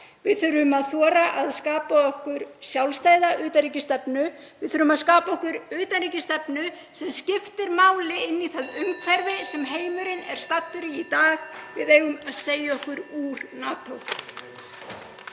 Við þurfum að þora að skapa okkur sjálfstæða utanríkisstefnu. Við þurfum að skapa okkur utanríkisstefnu sem skiptir máli í því umhverfi sem heimurinn er staddur í dag. (Forseti hringir.) Við eigum að segja okkur úr NATO.